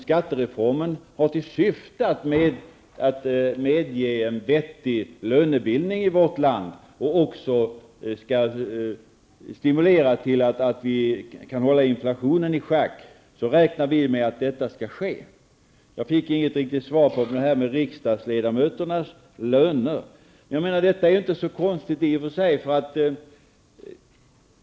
Skattereformen har till syfte att medge en vettig lönebildning i vårt land och att stimulera till att hålla inflationen i schack. Vi räknar med att detta skall ske. Jag fick inget svar på frågan om riksdagsledamöternas löner. Detta är inte i och för sig så konstigt.